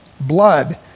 blood